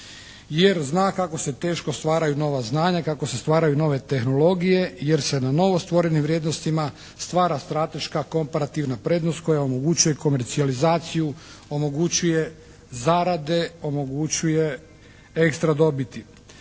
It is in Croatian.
jer zna kako se teško stvaraju nova znanja, kako se stvaraju nove tehnologije jer se na novostvorenim vrijednostima stvara strateška komparativna prednost koja omogućuje komercijalizaciju, omogućuje zarade, omogućuje ekstra dobiti.